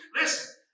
Listen